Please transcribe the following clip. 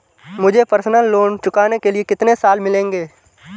मुझे personal loan चुकाने के लिए कितने साल मिलेंगे?